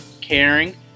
caring